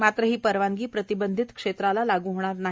मात्र ही परवानगी प्रतिबंधित क्षेत्राला लागू होणार नाही